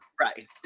Right